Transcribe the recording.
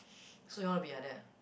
so you want to be like that ah